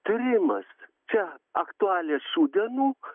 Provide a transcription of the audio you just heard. tyrimas čia aktualija šių dienų